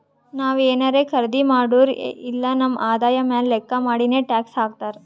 ನಾವ್ ಏನಾರೇ ಖರ್ದಿ ಮಾಡುರ್ ಇಲ್ಲ ನಮ್ ಆದಾಯ ಮ್ಯಾಲ ಲೆಕ್ಕಾ ಮಾಡಿನೆ ಟ್ಯಾಕ್ಸ್ ಹಾಕ್ತಾರ್